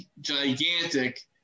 Gigantic